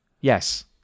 yes